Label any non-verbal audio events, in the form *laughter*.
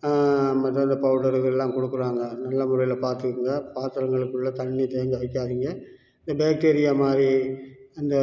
*unintelligible* பவுடர்கள்லாம் கொடுக்குறாங்க நல்ல முறையில் பாத்துக்குங்க பாத்திரங்களுக்குள்ளே தண்ணி தேங்க வைக்காதிங்க இந்த பேக்டீரியா மாதிரி அந்த